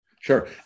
Sure